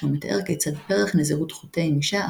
כשהוא מתאר כיצד פרח נזירות חוטא עם אישה,